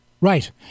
Right